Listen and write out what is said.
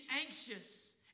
anxious